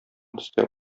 төстә